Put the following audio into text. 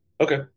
Okay